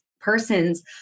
person's